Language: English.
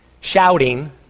shouting